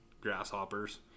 grasshoppers